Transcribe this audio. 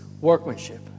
workmanship